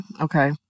okay